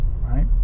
Right